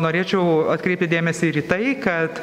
norėčiau atkreipti dėmesį ir į tai kad